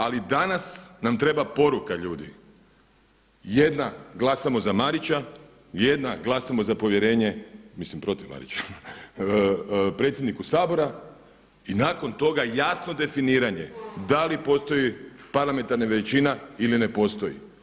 Ali danas nam treba poruka ljudi, jedna glasamo za Marića, jedna glasamo za povjerenje, mislim protiv Marića predsjedniku Sabora i nakon toga jasno definiranje da li postoji parlamentarna većina ili ne postoji.